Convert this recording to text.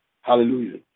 Hallelujah